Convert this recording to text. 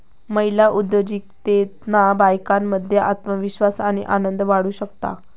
महिला उद्योजिकतेतना बायकांमध्ये आत्मविश्वास आणि आनंद वाढू शकता